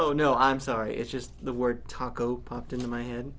oh no i'm sorry it's just the word taco popped into my head